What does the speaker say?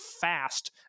fast